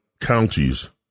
counties